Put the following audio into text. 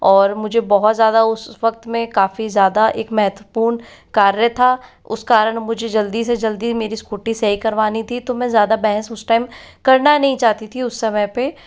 और मुझे बहुत ज़्यादा उस वक़्त में काफ़ी ज़्यादा एक महत्वपूर्ण कार्य था उस कारण मुझे जल्दी से जल्दी मेरी स्कूटी सही करवानी थी तो मैं ज़्यादा बहस उस टाइम करना नहीं चाहती थी उस समय पर